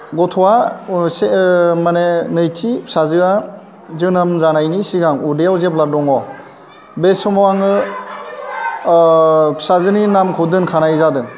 गथ'आ अबसे माने नैथि फिसाजोआ जोनोम जानायनि सिगां उदैआव जेब्ला दङ बे समाव आङो फिसाजोनि नामखौ दोनखानाय जादों